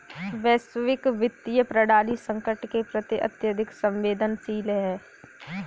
वैश्विक वित्तीय प्रणाली संकट के प्रति अत्यधिक संवेदनशील है